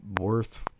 worth